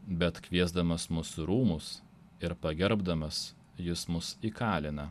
bet kviesdamas mus rūmus ir pagerbdamas jis mus įkalina